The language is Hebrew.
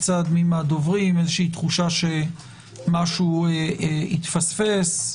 תחושה שמשהו התפספס,